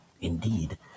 Indeed